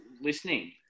listening